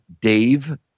Dave